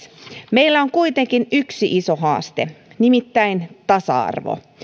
meillä on kuitenkin yksi iso haaste nimittäin tasa arvo